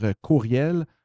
courriel